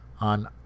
on